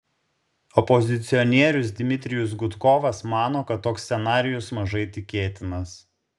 opozicionierius dmitrijus gudkovas mano kad toks scenarijus mažai tikėtinas